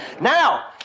Now